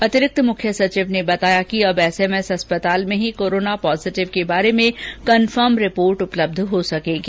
अतिरिक्त मुख्य सचिव ने बताया कि अब एसएमएस अस्पताल में ही कोरोना पॉजिटिव के बारे में कनफर्म रिपोर्ट उपलब्ध हो सकेगी